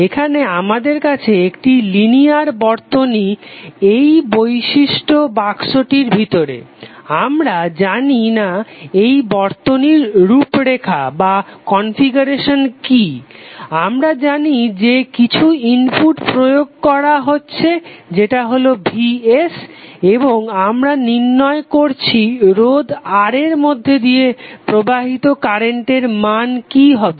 এখানে আমাদের আছে একটি লিনিয়ার বর্তনী এই নির্দিষ্ট বাক্সটির ভিতরে আমরা জানি না এই বর্তনীটির রূপরেখা কি আমরা জানি যে কিছু ইনপুট প্রয়োগ করা হচ্ছে যেটা হলো vs এবং আমরা নির্ণয় করছি রোধ R মধ্যে দিয়ে প্রবাহিত কারেন্টের মান কি হবে